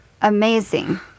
Amazing